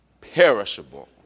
Perishable